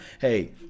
Hey